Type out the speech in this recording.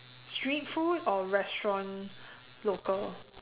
street food or restaurant local